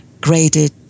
graded